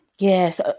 Yes